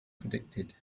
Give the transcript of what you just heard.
predicted